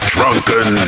Drunken